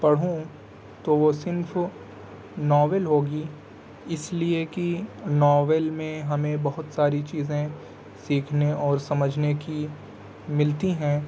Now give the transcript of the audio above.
پڑھوں تو وہ صنف ناول ہوگی اس لیے کہ ناول میں ہمیں بہت ساری چیزیں سیکھنے اور سمجھنے کی ملتی ہیں